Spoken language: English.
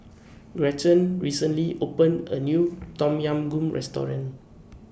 Gretchen recently opened A New Tom Yam Goong Restaurant